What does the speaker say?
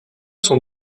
sont